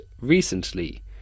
recently